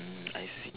I see